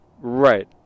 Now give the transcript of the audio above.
right